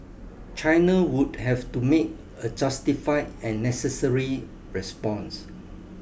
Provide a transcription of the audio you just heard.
China would have to make a justified and necessary response